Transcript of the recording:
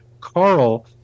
Carl